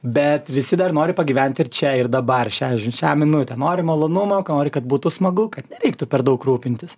bet visi dar nori pagyvent ir čia ir dabar šią ž šią minutę nori malonumo k nori kad būtų smagu kad nereiktų per daug rūpintis